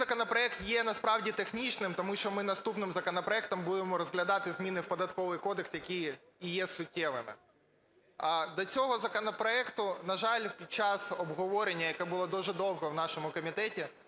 законопроект є насправді технічним, тому що ми наступним законопроектом будемо розглядати зміни в Податковий кодекс, які і є суттєвими. До цього законопроекту, на жаль, під час обговорення, яке було дуже довгим в нашому комітеті,